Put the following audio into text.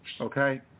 Okay